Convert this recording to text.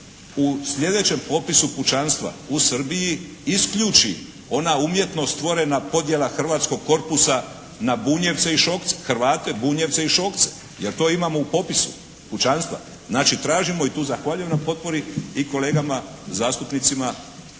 u sljedećem popisu pučanstva u Srbiji isključi ona umjetno stvorena podjela hrvatskog korpusa na Bunjevce i Šokce, Hrvate Bunjevce i Šokce. Jer to imamo u popisu pučanstva. Znači tražimo i tu zahvaljujem na potpori i kolegama zastupnicima